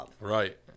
Right